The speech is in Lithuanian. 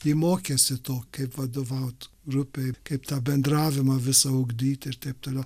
ji mokėsi to kaip vadovaut grupei kaip tą bendravimą visą ugdyti ir taip toliau